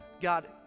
God